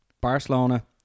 Barcelona